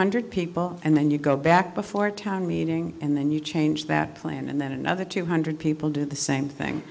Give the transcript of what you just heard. hundred people and then you go back before a town meeting and then you change that plan and then another two hundred people do the same thing